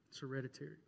hereditary